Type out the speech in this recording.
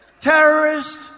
Terrorist